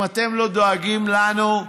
אם אתם לא דואגים לנו,